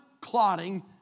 clotting